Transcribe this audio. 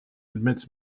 admits